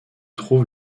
trouve